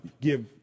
Give